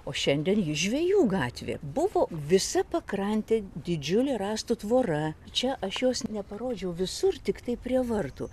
o šiandien ji žvejų gatvė buvo visa pakrantė didžiulė rąstų tvora čia aš jos neparodžiau visur tiktai prie vartų